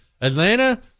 Atlanta